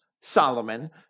solomon